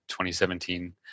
2017